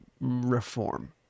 reform